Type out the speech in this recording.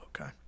okay